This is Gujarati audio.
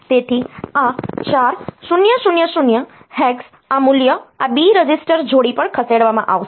તેથી આ 4000 હેક્સ આ મૂલ્ય આ B રજિસ્ટર જોડી પર ખસેડવામાં આવશે